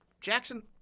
Jackson –